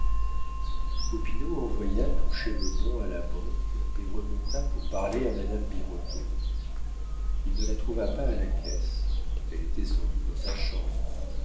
popinot envoya toucher le bon à la banque et remonta pour parler à madame birotteau il ne la trouva pas à la caisse elle était sans doute dans sa chambre